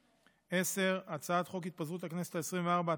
10. הצעת חוק התפזרות הכנסת העשרים-וארבע,